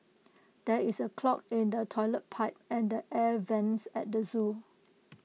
there is A clog in the Toilet Pipe and the air Vents at the Zoo